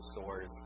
stores